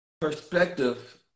perspective